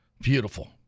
Beautiful